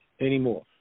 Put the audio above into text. anymore